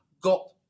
got